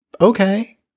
Okay